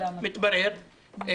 מתברר,